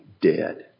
dead